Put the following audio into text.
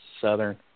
Southern